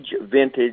Vintage